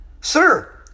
sir